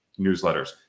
newsletters